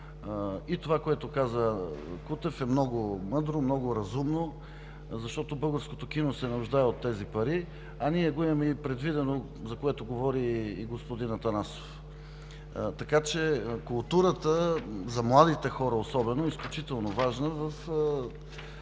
Това, което каза господин Кутев, е много мъдро, много разумно, защото българското кино се нуждае от тези пари. А ние го имаме предвидено, за което говори и господин Атанасов. Така че културата, за младите хора особено, е изключително важна в